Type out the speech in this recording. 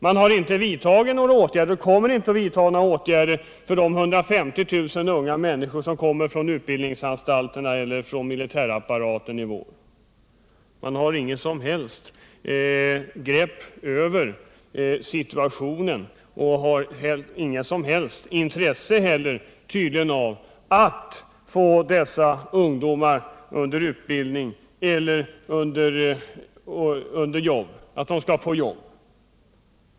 Man har inte vidtagit några åtgärder och kommer inte att vidta några åtgärder för de 150 000 unga människor som kommer från utbildningsanstalterna eller från militärapparaten i vår. Man har inget som helst grepp över situationen och har tydligen inte heller något intresse av att få dessa ungdomar under utbildning eller av att de skall få jobb.